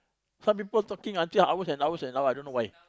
some people talking until hours and hours and hours I don't know why